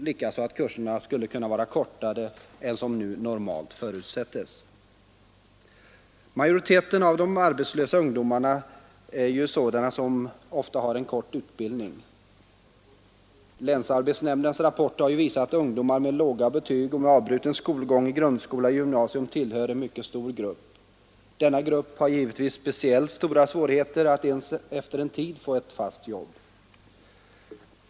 Likaså borde kursen kunna vara kortare än vad som normalt förutsetts. Majoriteten av de arbetslösa ungdomarna är sådana som har mycket kort utbildning. Länsarbetsnämndernas rapporter har visat att ungdomar med låga betyg och med avbruten skolgång i grundskola eller gymnasium utgör en mycket stor grupp. Denna grupp har givetvis speciellt stora svårigheter att ens efter en tid få ett fast jobb.